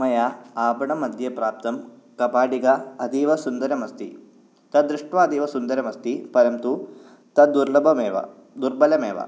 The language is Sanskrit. मया आपण मध्ये प्राप्तं कपाटीका अतीव सुन्दरम् अस्ति तद् दृष्ट्वा अतीव सुन्दरम् अस्ति परन्तु तद् दुर्लभमेव दुर्बलमेव